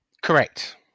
Correct